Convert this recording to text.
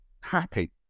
happy